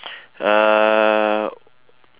uh